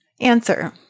Answer